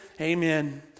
amen